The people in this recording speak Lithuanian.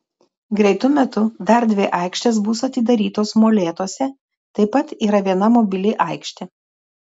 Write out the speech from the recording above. greitu metu dar dvi aikštės bus atidarytos molėtuose taip pat yra viena mobili aikštė